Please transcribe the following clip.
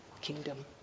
kingdom